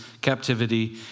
captivity